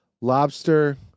lobster